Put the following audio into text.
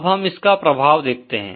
अब हम इसका प्रभाव देखते हैं